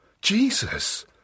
Jesus